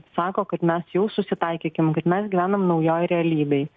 sako kad mes jau susitaikykim kad mes gyvenam naujoj realybėj